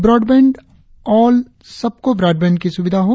broadband all सबकों broadband की सुविधा हो